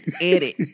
edit